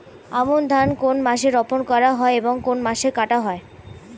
আমন ধান কোন মাসে রোপণ করা হয় এবং কোন মাসে কাটা হয়?